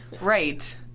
Right